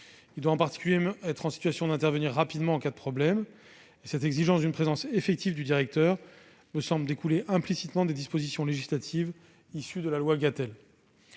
doit, en particulier, être en mesure d'intervenir rapidement en cas de problème ; cette exigence d'une présence effective du directeur me semble découler implicitement des dispositions législatives issues de la loi Gatel.